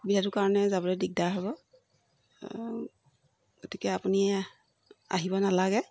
অসুবিধাটোৰ কাৰণে যাবলৈ দিগদাৰ হ'ব গতিকে আপুনি আহিব নালাগে